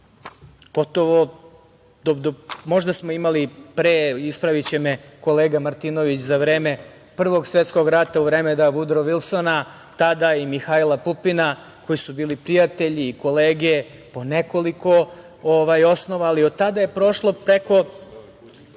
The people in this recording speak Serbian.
gotovo do, možda smo imali pre, ispraviće me kolega Martinović, za vreme Prvog svetskog rata, u vreme Vudro Vilsona tada i Mihajla Pupina, koji su bili prijatelji i kolege po nekoliko osnova. Ali, od tada je prošlo preko